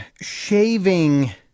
shaving